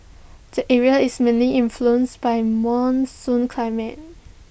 the area is mainly influenced by monsoon climate